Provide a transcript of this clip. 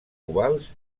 ovals